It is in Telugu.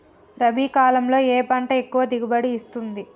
రబీ కాలంలో ఏ పంట ఎక్కువ దిగుబడి ఇస్తుంది?